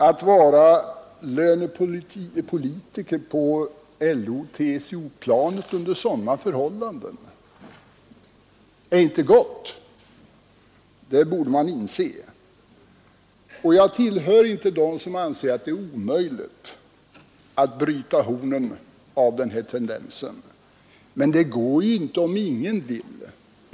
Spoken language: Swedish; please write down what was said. Att vara lönepolitiker på LO och TCO-planet under sådana förhållanden är inte gott, det borde man inse. Jag tillhör inte dem som anser att det är omöjligt att bryta hornen av den här tendensen, men det går inte om ingen vill.